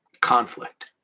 conflict